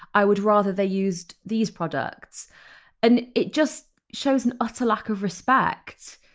i would rather they used these products and it just shows an utter lack of respect.